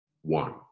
one